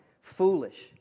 foolish